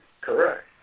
correct